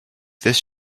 this